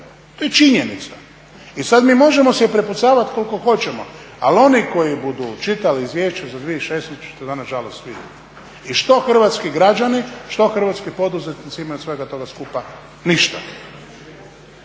To je činjenica i sad mi možemo se prepucavati koliko hoćemo, ali oni koji budu čitali izvješće za 2016. će to nažalost vidjeti. I što hrvatski građani, što hrvatski poduzetnici imaju od svega toga skupa, ništa.